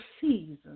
season